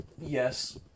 Yes